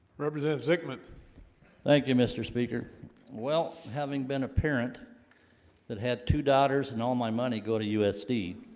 represent sickman thank you mr. speaker well having been a parent that had two daughters and all my money go to usd